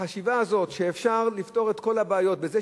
החשיבה הזאת שאפשר לפתור את כל הבעיות בזה